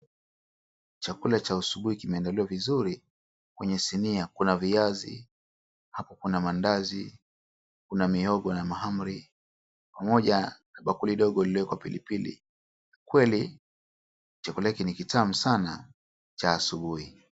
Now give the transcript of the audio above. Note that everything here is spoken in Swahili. Chakula cha asubuhi kimeandaliwa vizuri. Kwenye sinia kuna viazi hapo kuna mandazi, kuna mihogo na mahamri pamoja, bakuli dogo lililowekwa pilipili. Kweli chakula hiki ni kitamu sana cha asubuhi.